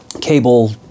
cable